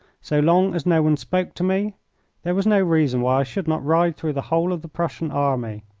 so long as no one spoke to me there was no reason why i should not ride through the whole of the prussian army